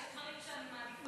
יש דברים שאני מעדיפה להדחיק.